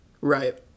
Right